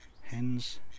hens